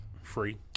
free